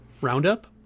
Roundup